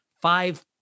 five